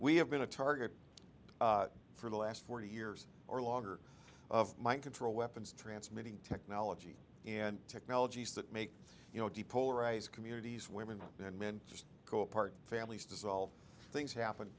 we have been a target for the last forty years or longer of mind control weapons transmitting technology and technologies that make you know depolarize communities women and men just go apart families dissolve things happen